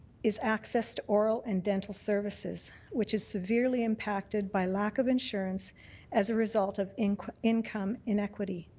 is access to oral and dental services which is severely impacted by lack of insurance as a result of income income inequity.